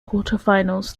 quarterfinals